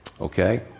okay